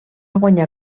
guanyar